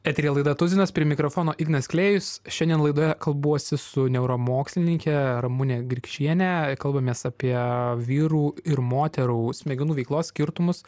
eteryje laida tuzinas prie mikrofono ignas klėjus šiandien laidoje kalbuosi su neuromokslininke ramune grikšiene kalbamės apie vyrų ir moterų smegenų veiklos skirtumus